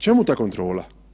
Čemu ta kontrola?